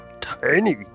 tiny